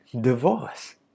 divorce